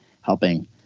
helping